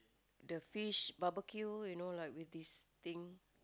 the fish barbeque you know like with this thing